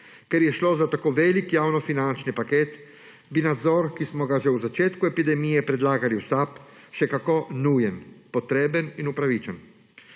Ker je šlo za tako velik javnofinančni paket, bi bil nadzor, ki smo ga že v začetku epidemije predlagali v SAB, še kako nujen, potreben in upravičen.